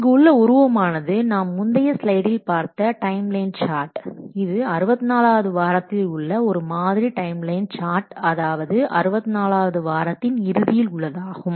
இங்கு உள்ள உருவமானது நாம் முந்தைய ஸ்லைடில் பார்த்த டைம் லைன் சார்ட் இது 64 வது வாரத்தில் உள்ள ஒரு மாதிரி டைம் லைன் சார்ட் அதாவது 64 வது வாரத்தின் இறுதியில் உள்ளதாகும்